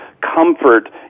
comfort